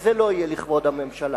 וזה לא יהיה לכבוד הממשלה.